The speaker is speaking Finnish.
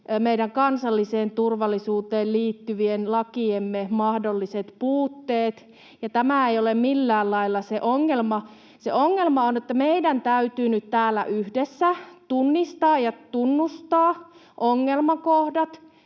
meidän kansalliseen turvallisuuteen liittyvien lakiemme mahdolliset puutteet. Ja tämä ei ole millään lailla se ongelma. Ongelma on se, että meidän täytyy nyt täällä yhdessä tunnistaa ja tunnustaa ongelmakohdat